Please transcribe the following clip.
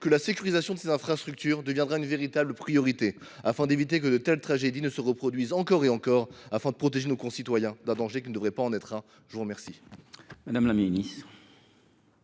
que la sécurisation de ces infrastructures deviendra une véritable priorité, pour éviter que de telles tragédies ne se reproduisent encore et protéger nos concitoyens d’un danger qui ne devrait pas en être un ? La parole